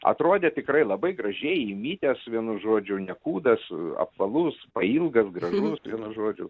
atrodė tikrai labai gražiai įmitęs vienu žodžiu nekūdas apvalus pailgas gražus vienu žodžiu